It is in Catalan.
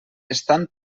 estan